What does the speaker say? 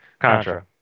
Contra